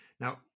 now